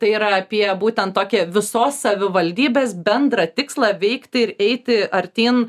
tai yra apie būtent tokią visos savivaldybės bendrą tikslą veikti ir eiti artyn